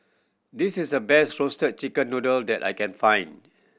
this is the best Roasted Chicken Noodle that I can find